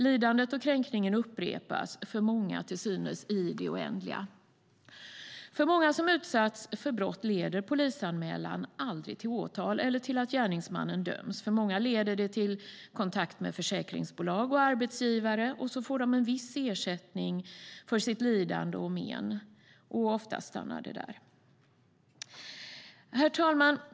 Lidandet och kränkningen upprepas, för många till synes i det oändliga. För många som har utsatts för brott leder polisanmälan aldrig till åtal eller till att gärningsmannen döms. För många leder det till kontakt med försäkringsbolag och arbetsgivare, och sedan får de en viss ersättning för lidande och men. Oftast stannar det där. Herr talman!